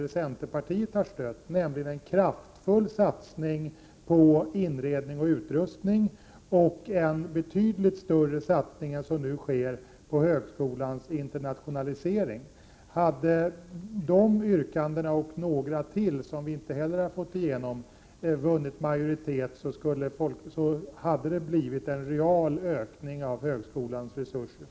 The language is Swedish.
Jag avser då våra förslag om dels en kraftfull satsning på inredning och utrustning, dels en betydligt större satsning än som nu sker fallet på en internationalisering av högskolan. Om dessa yrkanden och även några andra, vilka vi inte heller har fått gehör för, hade stötts av en majoritet, skulle det ha resulterat i en real